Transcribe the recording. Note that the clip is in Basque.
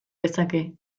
dezake